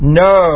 no